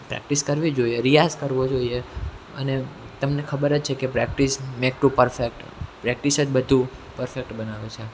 practice કરવી જોઈએ રિયાઝ કરવો જોઈએ અને તમને ખબર જ છે કે practice make to perfect practice જ બધું પરફેક્ટ બનાવે છે એમ